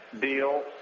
deal